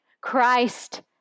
Christ